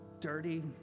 dirty